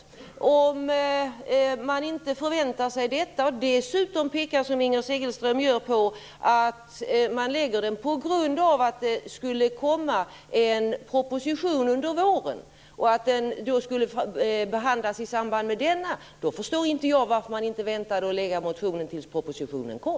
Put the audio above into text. Inger Segelström tycks inte ha förväntat sig det och påpekar dessutom att man väckt motionen på grund av att en proposition skulle komma under våren och motionen då skulle behandlas i samband med denna. Men då förstår inte jag varför man inte väntade med att väcka motionen tills propositionen kom!